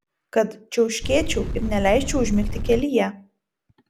kad čiauškėčiau ir neleisčiau užmigti kelyje